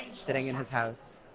sitting in his house.